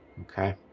Okay